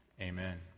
Amen